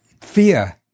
fear